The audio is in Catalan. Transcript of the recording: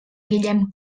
guillem